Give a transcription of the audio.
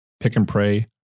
pick-and-pray